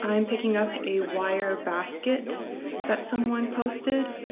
um picking up a wire basket that someone posted,